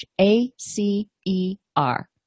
A-C-E-R